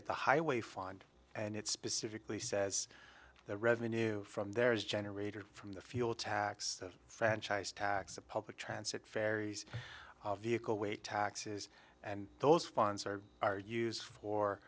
at the highway find and it specifically says the revenue from there is generated from the fuel tax the franchise tax a public transit faeries vehicle weight taxes and those funds are are used for